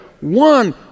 One